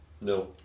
no